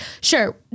sure